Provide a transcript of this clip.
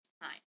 time